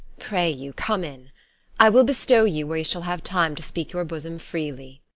pray you, come in i will bestow you where you shall have time to speak your bosom freely.